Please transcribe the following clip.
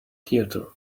theater